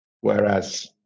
Whereas